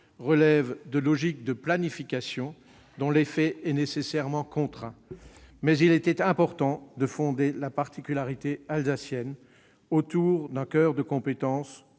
relèvent de logiques de planification, dont l'effet est nécessairement contraint. Cependant, il était important de fonder la particularité alsacienne autour d'un coeur de compétences